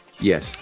Yes